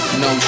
no